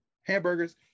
Hamburgers